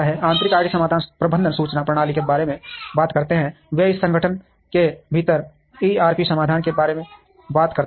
आंतरिक आईटी समाधान प्रबंधन सूचना प्रणाली के बारे में बात करते हैं वे एक संगठन के भीतर ईआरपी समाधान के बारे में बात करते हैं